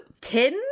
Tim